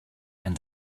and